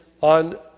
on